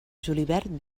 julivert